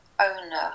owner